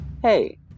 Hey